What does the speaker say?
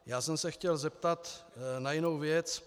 Já jsem se chtěl zeptat na jinou věc.